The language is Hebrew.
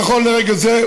נכון לרגע זה,